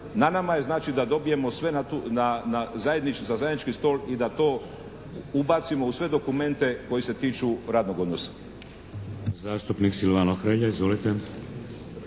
Na nama je znači da dobijemo sve na zajednički stol i da to ubacimo u sve dokumente koji se tiču radnog odnosa.